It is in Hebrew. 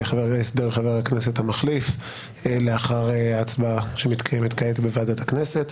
חבר הכנסת המחליף לאחר ההצבעה שמתקיימת כעת בוועדת הכנסת.